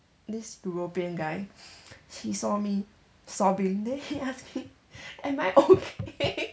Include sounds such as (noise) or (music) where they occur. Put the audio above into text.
this european guy he saw me sobbing then he asked me (laughs) am I okay (laughs)